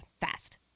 fast